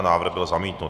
Návrh byl zamítnut.